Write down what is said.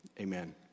amen